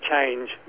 change